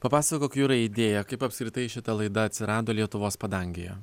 papasakok jurai idėją kaip apskritai šita laida atsirado lietuvos padangėje